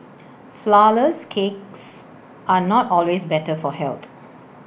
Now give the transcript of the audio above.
Flourless Cakes are not always better for health